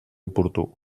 oportú